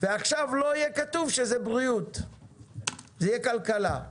ועכשיו לא יהיה כתוב שזה בריאות אלא כלכלה.